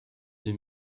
deux